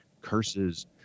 Curses